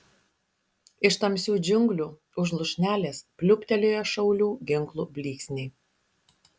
iš tamsių džiunglių už lūšnelės pliūptelėjo šaulių ginklų blyksniai